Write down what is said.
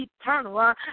eternal